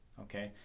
Okay